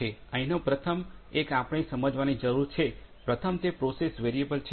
અહીંનો પ્રથમ એક આપણે સમજવાની જરૂર છે પ્રથમ તે પ્રોસેસ વેરિયેબલ છે